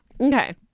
okay